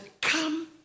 come